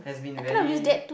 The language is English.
I kind of use that too